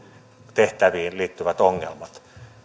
tehtäviin liittyvät ongelmat